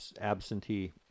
absentee